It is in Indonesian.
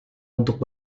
untuk